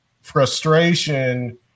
frustration